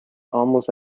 almost